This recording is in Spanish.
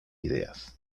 ideas